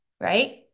right